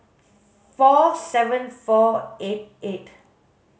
four seven four eight eight